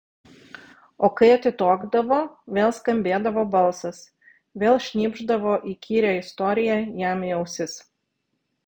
o kai atitokdavo vėl skambėdavo balsas vėl šnypšdavo įkyrią istoriją jam į ausis